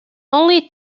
only